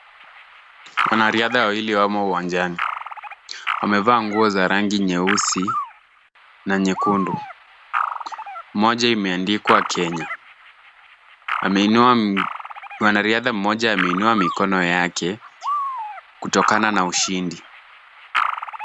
Wanariadha wawili wamo uwanjani. Wamevaa nguo za rangi nyeusi na nyekundu. Moja imeandikwa Kenya. Mwanariadha mmoja ameinua mikono yake kutokana na ushindi.